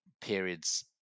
periods